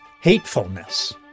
HATEFULNESS